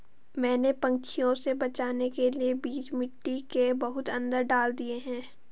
मैंने पंछियों से बचाने के लिए बीज मिट्टी के बहुत अंदर डाल दिए हैं